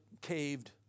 caved